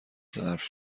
ظرف